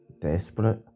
Desperate